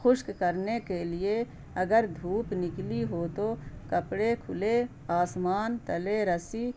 خشک کرنے کے لیے اگر دھوپ نکلی ہو تو کپڑے کھلے آسمان تلے رسی